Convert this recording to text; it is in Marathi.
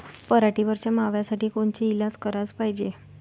पराटीवरच्या माव्यासाठी कोनचे इलाज कराच पायजे?